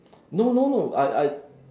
no no no I I